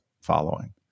following